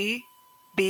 GBIF